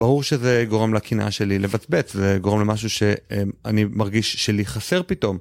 ברור שזה גורם לקנאה שלי לבצבץ, זה גורם למשהו שאני מרגיש שלי חסר פתאום.